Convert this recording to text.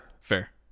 Fair